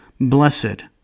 Blessed